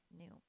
new